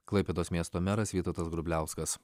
klaipėdos miesto meras vytautas grubliauskas